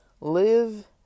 live